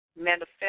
manifest